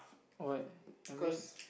alright I mean